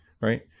right